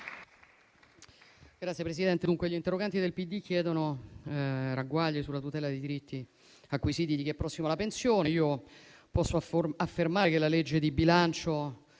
Signor Presidente, gli interroganti del PD chiedono ragguagli sulla tutela dei diritti acquisiti di chi è prossimo alla pensione. Io posso affermare che la legge di bilancio